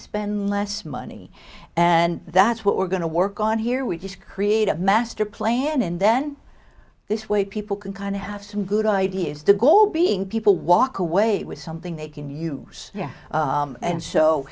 spend less money and that's what we're going to work on here we just create a master plan and then this way people can kind of have some good ideas the goal being people walk away with something they can use yeah and so